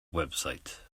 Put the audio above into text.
website